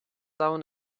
down